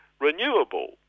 renewable